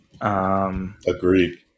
Agreed